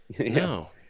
No